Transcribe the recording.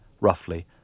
roughly